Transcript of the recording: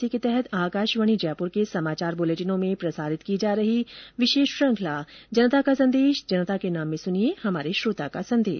इसी के तहत आकाशवाणी जयपुर के समाचार बुलेटिनों में प्रसारित की जा रही विशेष श्रृखंला जनता का संदेश जनता के नाम में सुनिये हमारे श्रोता का संदेश